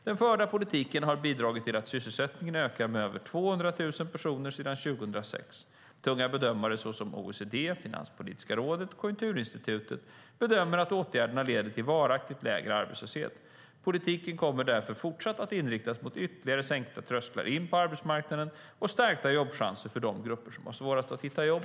Den förda politiken har bidragit till att sysselsättningen ökat med över 200 000 personer sedan 2006. Tunga bedömare såsom OECD, Finanspolitiska rådet och Konjunkturinstitutet bedömer att åtgärderna leder till varaktigt lägre arbetslöshet. Politiken kommer därför fortsatt att inriktas mot ytterligare sänkta trösklarna in på arbetsmarknaden och stärkta jobbchanser för de grupper som har det svårast att hitta jobb.